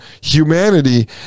humanity